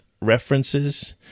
references